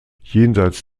jenseits